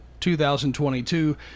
2022